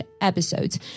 episodes